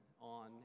on